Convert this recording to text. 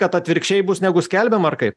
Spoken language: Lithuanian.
kad atvirkščiai bus negu skelbiama ar kaip